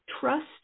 trust